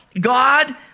God